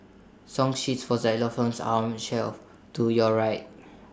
song sheets for xylophones are on shelf to your right